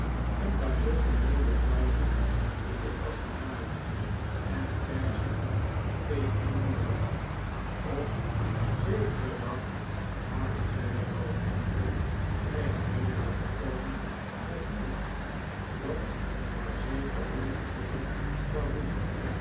en waar zulke mooie druiven in de kassen waren en perziken tegen de muren op zekeren dag waren zij zoo vriendelijk bij amelia te komen met nieuws dat haar zeker veel genoegen zou doen